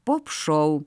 pop šou